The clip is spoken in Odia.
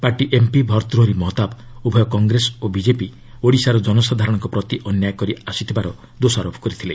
ପାର୍ଟି ଏମ୍ପି ଭର୍ତ୍ତୂହରି ମହତାବ ଉଭୟ କଂଗ୍ରେସ ଓ ବିଜେପି ଓଡ଼ିଶାର ଜନସାଧାରଣଙ୍କ ପ୍ରତି ଅନ୍ୟାୟ କରି ଆସିଥିବାର ଦୋଷାରୋପ କରିଥିଲେ